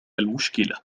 المشكلة